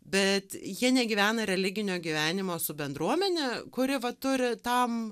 bet jie negyvena religinio gyvenimo su bendruomene kuri va turi tam